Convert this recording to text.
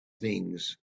things